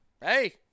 Hey